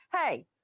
Hey